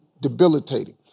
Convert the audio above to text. debilitating